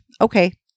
Okay